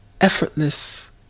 effortless